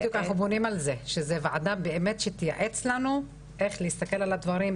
אנחנו בונים על זה שזאת ועדה שתייעץ לנו איך להסתכל על הדברים,